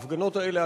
ההפגנות האלה,